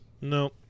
No